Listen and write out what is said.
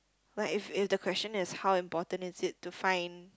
but if if the question is how important it is to find